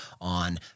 on